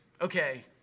okay